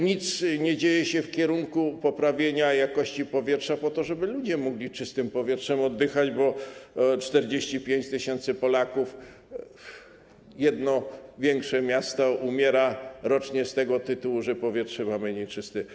Nic nie dzieje się w kierunku poprawienia jakości powietrza po to, żeby ludzie mogli czystym powietrzem oddychać, a 45 tys. Polaków, jedno większe miasto, umiera rocznie z tego tytułu, że powietrze mamy nieczyste.